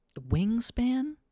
Wingspan